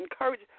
encourage